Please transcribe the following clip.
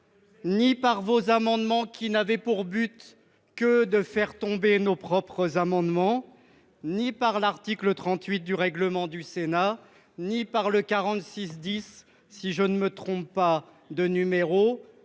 ni par vos amendements qui n'avaient pour but que de faire tomber nos propres amendements, ni par l'article 38 du règlement du Sénat, ni, enfin, par le 46 . Nous ne lâcherons